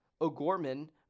O'Gorman